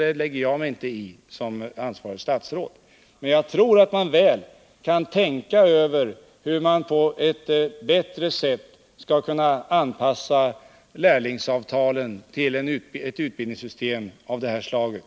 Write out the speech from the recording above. Det lägger jag mig inte i som ansvarigt statsråd. Men jag tror att man skulle kunna tänka över hur man på ett bättre sätt skall kunna anpassa lärlingsavtalen till ett utbildningssystem av det här slaget.